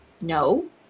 no